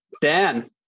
Dan